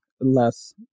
less